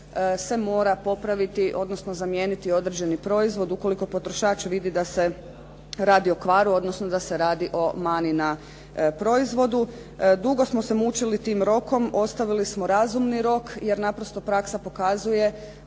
se mora popraviti, odnosno zamijeniti određeni proizvod, ukoliko potrošač vidi da se radi o kvaru, odnosno da se radi o mani na proizvodu. Dugo smo se mučili tim rokom, ostavili smo razumni rok jer naprosto praksa pokazuje